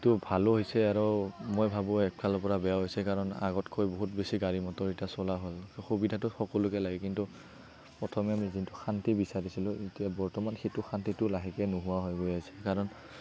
এইটো ভালো হৈছে আৰু মই ভাৱো একফালৰ পৰা বেয়াও হৈছে কাৰণ আগতকৈ বহুত বেছি গাড়ী মটৰ এতিয়া চলা হ'ল সুবিধাটো সকলোকে লাগে কিন্তু প্ৰথমে আমি যোনটো শান্তি বিচাৰিছিলো এতিয়া বৰ্তমান সেইটো শান্তিটো লাহেকে নোহোৱা হৈ গৈ আছে কাৰণ